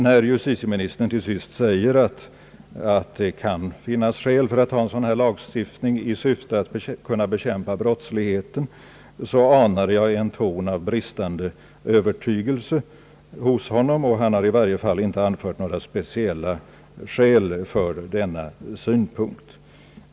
När justitieministern till sist sade att det kan finnas skäl att ha en sådan här lagstiftning i syfte att kunna bekämpa brottsligheten anade jag en bristande övertygelse hos honom, och han har i varje fall inte anfört några speciella skäl för denna synpunkt.